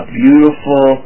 beautiful